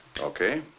Okay